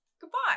goodbye